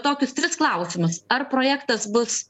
tokius tris klausimusar projektas bus